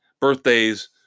birthdays